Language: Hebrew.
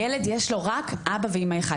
ילד, יש לו רק אבא ואימא אחד.